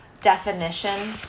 definition